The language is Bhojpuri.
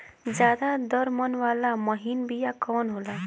ज्यादा दर मन वाला महीन बिया कवन होला?